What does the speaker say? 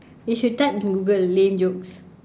you should type google lame jokes